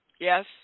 Yes